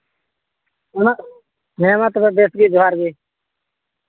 ᱦᱮᱸ ᱢᱟ ᱛᱚᱵᱮ ᱵᱮᱥ ᱜᱮ ᱡᱚᱦᱟᱨ ᱜᱮ